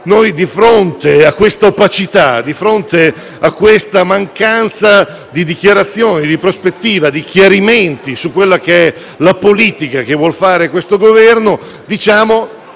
Noi, di fronte a questa opacità, a questa mancanza di dichiarazioni, di prospettiva e di chiarimenti sulla politica che vuole attuare questo Governo, diciamo: